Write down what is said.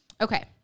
Okay